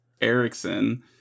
Erickson